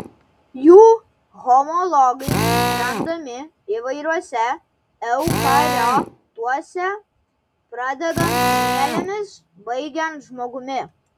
jų homologai randami įvairiuose eukariotuose pradedant mielėmis baigiant žmogumi